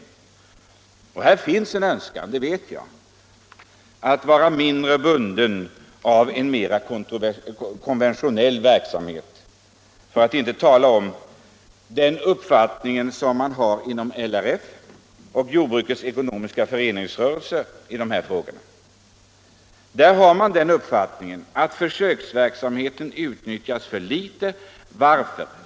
Jag vet att det finns en önskan att vara mindre bunden av en mera konventionell verksamhet för att inte tala om den uppfattning som man har inom kretsar i LRF och jordbrukets ekonomiska föreningsrörelse i de här frågorna. De anser att försöksverksamheten utnyttjas för litet. Varför?